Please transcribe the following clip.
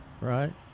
right